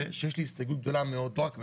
שיש לי הסתייגות גדולה מאוד לא רק מהחוק,